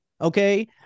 Okay